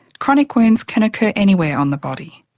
chronic wounds can occur anywhere on the body.